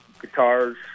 guitars